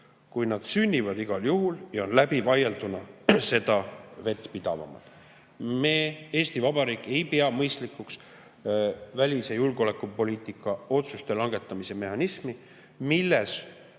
kuid nad sünnivad igal juhul ja on läbivaielduna seda vettpidavamad. Eesti Vabariik ei pea mõistlikuks välis‑ ja julgeolekupoliitika otsuste langetamise mehhanismi, milles